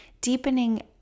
deepening